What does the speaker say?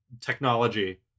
technology